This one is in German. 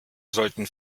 sollten